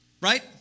right